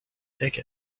take